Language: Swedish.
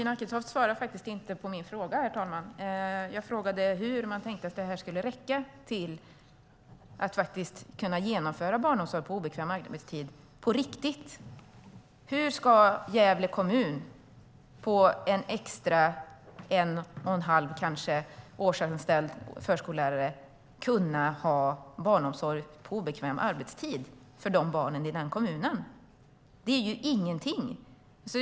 Herr talman! Tina Acketoft svarade inte på min fråga. Jag frågade hur man tänker att detta ska räcka till att införa barnomsorg på obekväm arbetstid på riktigt. Hur ska Gävle kommun med en och en halv extra årsanställd förskollärare kunna ha barnomsorg på obekväm arbetstid? Det är ju ingenting.